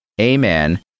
Amen